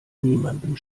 niemandem